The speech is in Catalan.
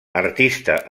artista